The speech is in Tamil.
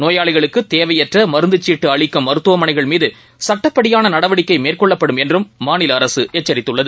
நோயாளிகளுக்குதேவையற்றமருந்துச்சீட்டுஅளிக்கும் மருத்துவமனைகள் மீதுசட்டப்படியானநடவடிக்கைமேற்கொள்ளப்படும் என்றும் மாநிலஅரசுஎச்சித்துள்ளது